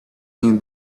him